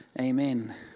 amen